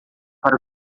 para